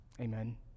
Amen